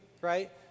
right